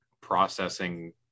processing